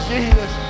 Jesus